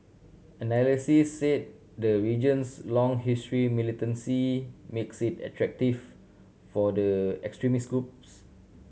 analysts said the region's long history militancy makes it attractive for the extremist groups